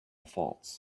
faults